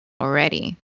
already